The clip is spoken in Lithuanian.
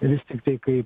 vis tiktai kaip